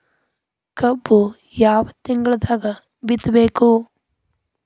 ಕಬ್ಬು ಯಾವ ತಿಂಗಳದಾಗ ಬಿತ್ತಬೇಕು?